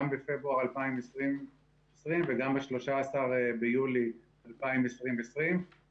גם בפברואר 2020 וגם ב-13 ביולי 2020. אני